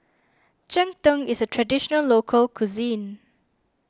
Cheng Tng is a Traditional Local Cuisine